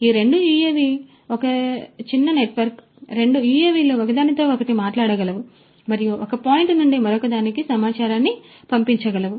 కాబట్టి ఈ రెండు యుఎవిలు ఇది ఒక చిన్న నెట్వర్క్ ఈ రెండు యుఎవిలు ఒకదానితో ఒకటి మాట్లాడగలవు మరియు ఒక పాయింట్ నుండి మరొకదానికి సమాచారాన్ని పంపించగలవు